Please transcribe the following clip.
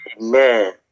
Amen